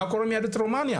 מה קורה עם יהדות רומניה,